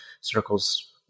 circles